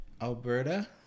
Alberta